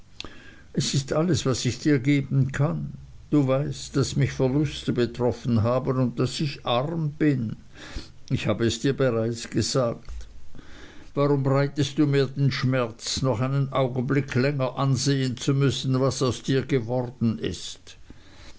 es ist alles was ich dir geben kann du weißt daß mich verluste betroffen haben und daß ich arm bin ich habe es dir bereits gesagt warum bereitest du mir den schmerz noch einen augenblick länger ansehen zu müssen was aus dir geworden ist